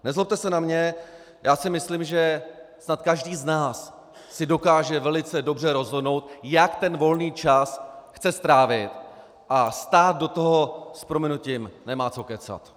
Nezlobte se na mě, já si myslím, že snad každý z nás si dokáže velice dobře rozhodnout, jak ten volný čas chce strávit, a stát do toho s prominutím nemá co kecat.